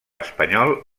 espanyol